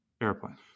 airplane